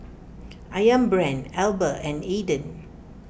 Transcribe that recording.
Ayam Brand Alba and Aden